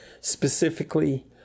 Specifically